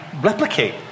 replicate